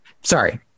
Sorry